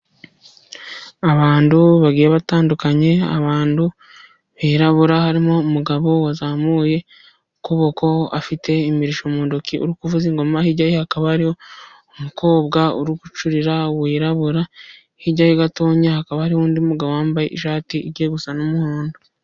Abantu bagiye batandukanye, abantu birabura, harimo umugabo wazamuye ukuboko afite imirishyo mu ntoki uri kuvuza ingoma. Hirya ye hakaba hariho umukobwa uri gucurira wirabura, hirya ye gatoya hakaba hariho undi mugabo wambaye ishati igiye gusa n'umuhondo.